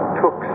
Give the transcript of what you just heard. took